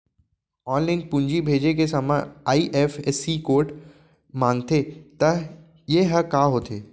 Online पूंजी भेजे के समय आई.एफ.एस.सी कोड माँगथे त ये ह का होथे?